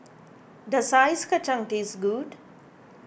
does Ice Kachang taste good